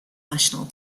national